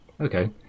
okay